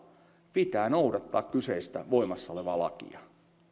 pitää noudattaa kyseistä voimassa olevaa lakia